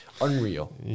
Unreal